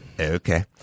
Okay